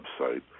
website